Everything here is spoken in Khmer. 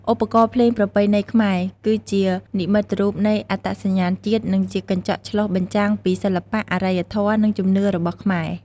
ឧបករណ៍ភ្លេងប្រពៃណីខ្មែរ គឺជានិមិត្តរូបនៃអត្តសញ្ញាណជាតិ និងជាកញ្ចក់ឆ្លុះបញ្ចាំងពីសិល្បៈ អរិយធម៌ និងជំនឿរបស់ខ្មែរ។